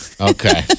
okay